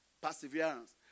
Perseverance